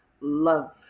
love